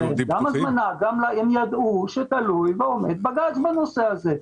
הם ידעו שתלוי ועומד בג"ץ בנושא הזה.